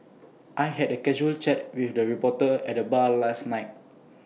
I had A casual chat with the reporter at the bar last night